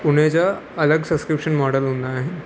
उन जा अलॻि सब्सक्रीप्शन मॉडल हूंदा आहिनि